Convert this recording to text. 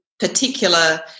particular